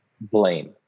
blame